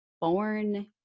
born